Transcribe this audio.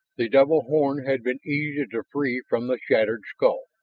the double horn had been easy to free from the shattered skull,